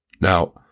Now